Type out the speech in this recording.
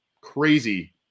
crazy